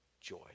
joy